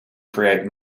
create